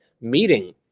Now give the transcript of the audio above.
meeting